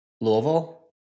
Louisville